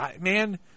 Man